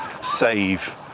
save